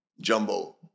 Jumbo